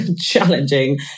challenging